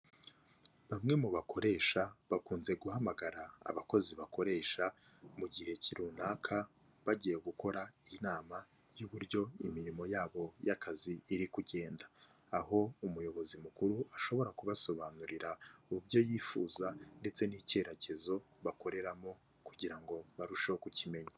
Bamwe mu bakoresha bakunze guhamagara abakozi bakoresha mu gihe runaka bagiye gukora inama y'uburyo imirimo yabo y'akazi iri kugenda, aho umuyobozi mukuru ashobora kubasobanurira mu byo yifuza ndetse n'icyerekezo bakoreramo kugira ngo barusheho kukimenya.